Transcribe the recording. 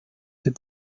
had